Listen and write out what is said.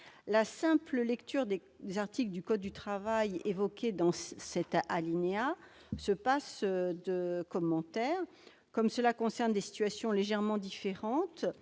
La simple lecture des articles du code du travail évoqués dans cet alinéa se passe de commentaire. Comme cela concerne des situations légèrement différentes,